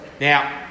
Now